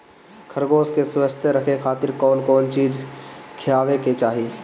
खरगोश के स्वस्थ रखे खातिर कउन कउन चिज खिआवे के चाही?